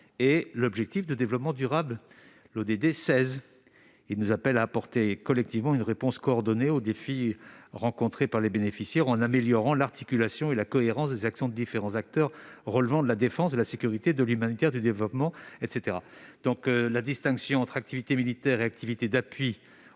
L'objectif de développement durable, l'ODD 16, nous appelle à apporter collectivement une réponse coordonnée aux défis rencontrés par les bénéficiaires, en améliorant l'articulation et la cohérence des actions de différents acteurs relevant de la défense, de la sécurité, de l'humanitaire, du développement, etc. La distinction entre activités militaires et activité d'appui